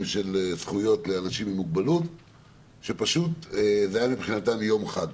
של זכויות לאנשים עם מוגבלות שזה היה מבחינתם יום חג.